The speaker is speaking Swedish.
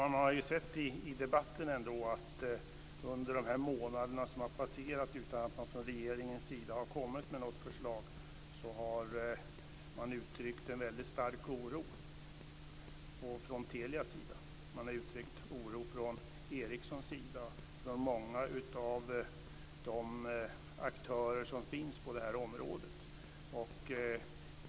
Fru talman! Under dessa månader som har passerat utan att regeringen har kommit med något förslag har det i debatten uttryckts en väldigt stark oro från Telia, från Ericsson och från många av de aktörer som finns på det här området.